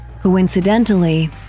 Coincidentally